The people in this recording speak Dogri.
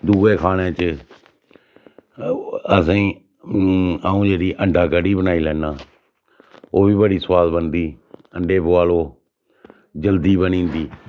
दुए खाने च असेंई आ'ऊं जेह्ड़ी अण्डा कड़ी बनाई लैन्नां ओह् बी बड़ी सुआद बनदी अण्डे बुआलो जल्दी बनी जंदी